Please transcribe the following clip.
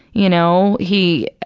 you know, he,